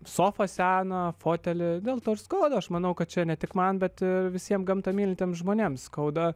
sofą seną fotelį dėl to ir skauda aš manau kad čia ne tik man bet visiems gamtą mylintiems žmonėms skauda